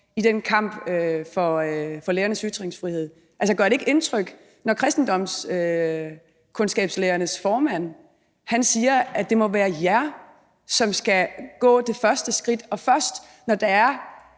i den kamp for lærernes ytringsfrihed. Altså, gør det ikke indtryk, når kristendomskundskabslærernes formand siger, at det må være jer, som skal gå det første skridt, og først når man er